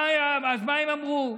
אז מה אם אמרו?